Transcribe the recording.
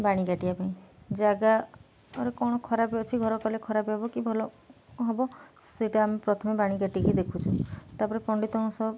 ବାଣି କାଟିବା ପାଇଁ ଜାଗା କ'ଣ ଖରାପ ଅଛି ଘର କଲେ ଖରାପ ହବ କି ଭଲ ହବ ସେଇଟା ଆମେ ପ୍ରଥମେ ବାଣି କାଟିକି ଦେଖୁଛୁ ତାପରେ ପଣ୍ଡିତଙ୍କ ସହ